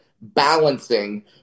balancing